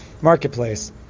marketplace